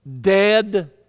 dead